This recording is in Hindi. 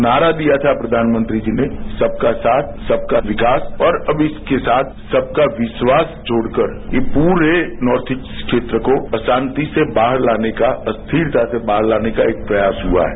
नारा दिया था प्रयानमंत्री जी ने सबका साथ सबका विकास और अब इसके साथ सबका विस्वास जोड़कर ये पूरे नॉर्थ ईस्ट के प्रकोप असांति से बाहर लाने का अस्थिरता से बाहर लाने का प्रयास हुआ है